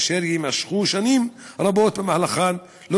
אשר יימשכו שנים רבות שבמהלכן לא